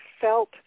felt